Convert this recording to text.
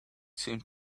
seemed